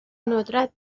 ندرت